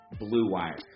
BlueWire